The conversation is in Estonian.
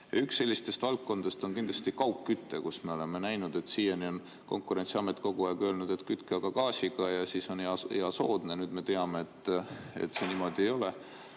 Üks sellistest valdkondadest on kindlasti kaugküte, mille puhul me oleme näinud, et siiani on Konkurentsiamet kogu aeg öelnud, et kütke aga gaasiga ja siis on hea ja soodne. Nüüd me teame, et see niimoodi ei ole.